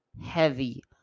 heavy